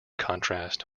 contrast